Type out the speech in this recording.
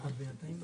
הניקיון